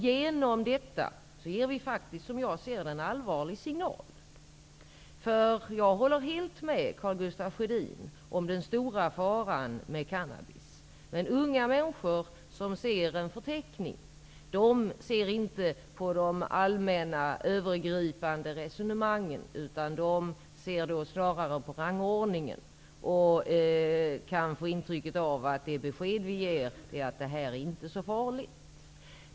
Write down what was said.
Genom detta ger vi faktiskt, som jag ser det, en allvarlig signal. Jag håller helt med Karl Gustaf Sjödin om den stora faran med cannabis. Unga människor som ser en förteckning ser inte på de allmänna övergripande resonemangen utan snarare på rangordningen och kan då få intrycket av att det besked vi ger är att det inte är så farligt.